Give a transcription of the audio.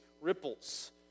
ripples